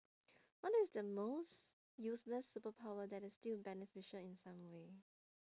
what is the most useless superpower that is still beneficial in some way